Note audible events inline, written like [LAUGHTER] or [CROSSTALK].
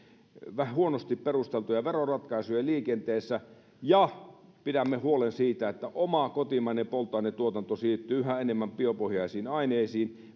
vähän huonosti perusteltuja veroratkaisuja liikenteessä ja pitää huoli siitä että oma kotimainen polttoainetuotanto siirtyy yhä enemmän biopohjaisiin aineisiin [UNINTELLIGIBLE]